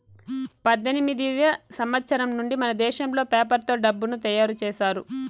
పద్దెనిమిదివ సంవచ్చరం నుండి మనదేశంలో పేపర్ తో డబ్బులు తయారు చేశారు